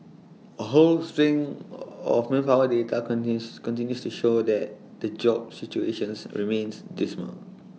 A whole string of manpower data continues continues to show that the jobs situations remains dismal